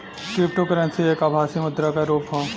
cryptocurrency एक आभासी मुद्रा क रुप हौ